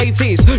80s